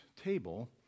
table